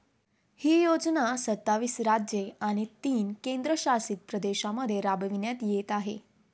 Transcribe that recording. ही योजना सत्तावीस राज्ये आणि तीन केंद्रशासित प्रदेशांमध्ये राबविण्यात येत आहे